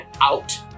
out